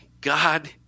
God